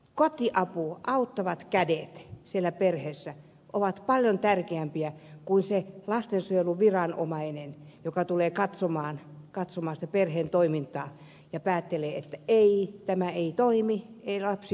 kotiapu auttavat kädet siellä perheessä ovat paljon tärkeämpiä kuin se lastensuojeluviranomainen joka tulee katsomaan perheen toimintaa ja päättelee että ei tämä ei toimi eli lapsi vaan huostaan